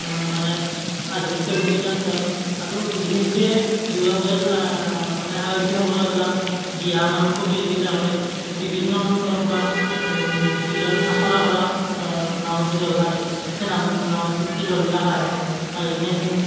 মানে আধুনিক নৃত্য প্ৰতিযোগিতা আৰু বিশেষকে দুৰ্গা পূজাত মানে আয়তীসকলৰ দ্বাৰা দিহানাম প্ৰতিযোগিতা কৰে বিভিন্ন অঞ্চলৰ পৰা যিবিলাক আখৰা কৰা নামতী দল থাকে সেই নাম নামতী দলবিলাক আহে আহি কিনে সেই